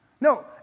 no